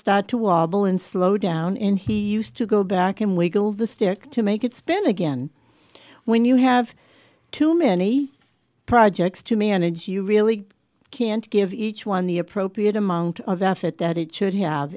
and slow down in he used to go back and we go all the stick to make it spin again when you have too many projects to manage you really can't give each one the appropriate amount of effort that it should have